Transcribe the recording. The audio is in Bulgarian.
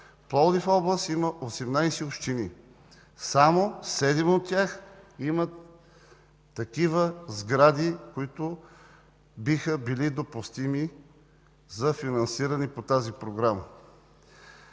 Пловдив област има 18 общини. Само седем от тях имат такива сгради, които биха били допустими за финансиране по тази Програма.